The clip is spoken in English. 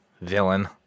Villain